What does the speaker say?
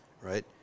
right